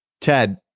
TED